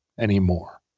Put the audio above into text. Anymore